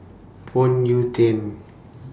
Phoon Yew Tien